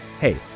Hey